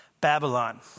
Babylon